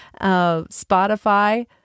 Spotify